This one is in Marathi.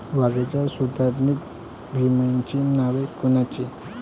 वांग्याच्या सुधारित बियाणांची नावे कोनची?